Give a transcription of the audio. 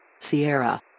Sierra